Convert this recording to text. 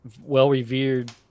well-revered